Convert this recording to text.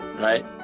Right